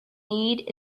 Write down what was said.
need